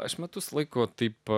aš metus laiko taip